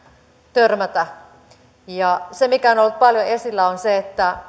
törmätä se mikä on ollut paljon esillä on se että